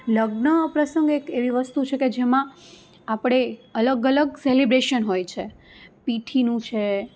લગ્ન પ્રસંગ એક એવી વસ્તુ છે કે જેમાં આપણે અલગ અલગ સેલિબ્રેશન હોય છે પીઠીનું છે